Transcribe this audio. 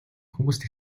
хүмүүст